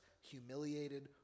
humiliated